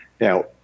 now